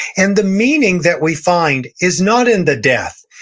and the meaning that we find is not in the death.